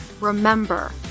remember